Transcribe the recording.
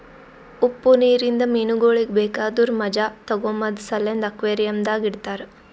ಉಪ್ಪು ನೀರಿಂದ ಮೀನಗೊಳಿಗ್ ಬೇಕಾದುರ್ ಮಜಾ ತೋಗೋಮ ಸಲೆಂದ್ ಅಕ್ವೇರಿಯಂದಾಗ್ ಇಡತಾರ್